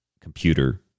computer